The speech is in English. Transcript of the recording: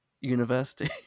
university